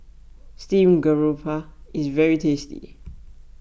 Steamed Garoupa is very tasty